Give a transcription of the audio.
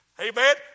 Amen